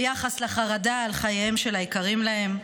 ביחס לחרדה על חייהם של היקרים להן,